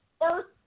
first